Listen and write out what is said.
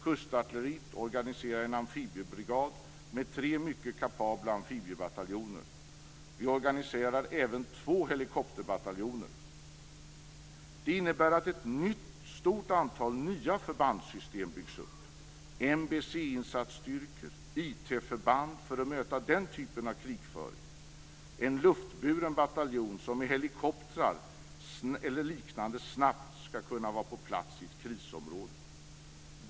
Kustartilleriet organiserar en amfibiebrigad med tre mycket kapabla amfibiebataljoner. Vi organiserar även två helikopterbataljoner. Det innebär att ett stort antal nya förbandssystem byggs upp. Det handlar om NBC-insatsstyrkor och IT-förband för att möta den typen av krigföring samt en luftburen bataljon som med helikoptrar eller liknande snabbt ska kunna vara på plats i ett krisområde.